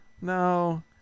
No